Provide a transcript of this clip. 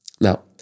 Now